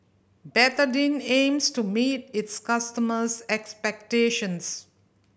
betadine aims to meet its customers' expectations